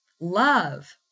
love